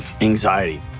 anxiety